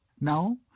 Now